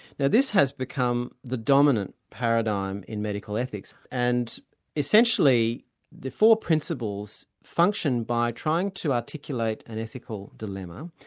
now this has become the dominant paradigm in medical ethics, and essentially the four principles function by trying to articulate an ethical dilemma,